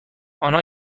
آنها